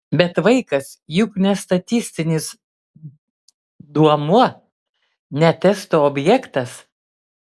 bet vaikas juk ne statistinis duomuo ne testo objektas